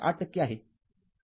८ टक्के आहे